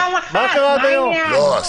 מה קרה עד היום?